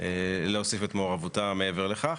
להוסיף את מעורבותה מעבר לכך.